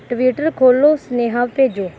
Twitter ਖੋਲ੍ਹੋ ਸੁਨੇਹਾ ਭੇਜੋ